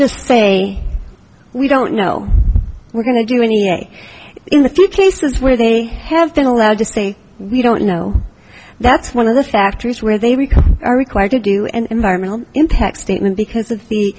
just say we don't know we're going to do any in the few cases where they have been allowed to say we don't know that's one of the factories where they are required to do an environmental impact statement because of the